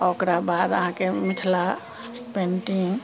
आ ओकरा बाद अहाँके मिथिला पेंटिंग